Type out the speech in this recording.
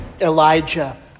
elijah